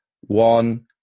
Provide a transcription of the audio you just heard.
one